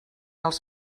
els